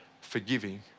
forgiving